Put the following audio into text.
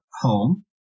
home